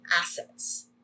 assets